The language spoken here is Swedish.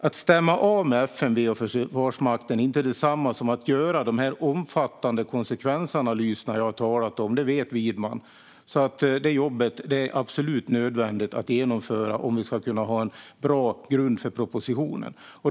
Att stämma av med FMV och Försvarsmakten är inte detsamma som att göra de omfattande konsekvensanalyser som jag har talat om; det vet Widman. Det jobbet är absolut nödvändigt att genomföra om vi ska kunna ha en bra grund för propositionen.